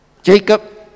Jacob